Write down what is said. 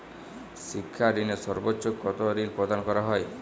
শিক্ষা ঋণে সর্বোচ্চ কতো ঋণ প্রদান করা হয়?